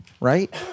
right